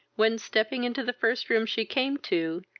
when, stepping into the first room she came to,